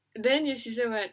telling your sister [what]